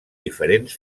diferents